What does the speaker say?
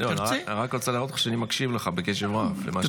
-- אני רק רוצה להראות לך שאני מקשיב לך בקשב רב למה שאתה אומר.